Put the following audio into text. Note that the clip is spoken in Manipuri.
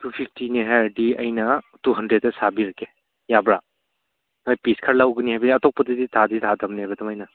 ꯇꯨ ꯐꯤꯞꯇꯤꯅꯦ ꯍꯥꯏꯔꯗꯤ ꯑꯩꯅ ꯇꯨ ꯍꯟꯗ꯭ꯔꯦꯠꯇ ꯁꯥꯕꯤꯔꯒꯦ ꯌꯥꯕ꯭ꯔꯥ ꯅꯣꯏ ꯄꯤꯁ ꯈꯔ ꯂꯧꯒꯅꯤ ꯍꯥꯏꯕꯒꯤ ꯑꯇꯣꯞꯄꯗꯗꯤ ꯇꯥꯗꯤ ꯇꯥꯗꯕꯅꯦꯕ ꯑꯗꯨꯃꯥꯏꯅ